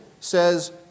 says